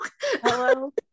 hello